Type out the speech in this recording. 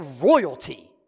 royalty